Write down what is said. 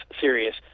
serious